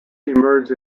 emerge